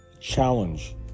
challenge